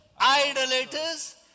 idolaters